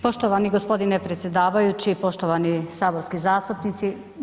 Poštovani gospodine predsjedavajući, poštovani saborski zastupnici.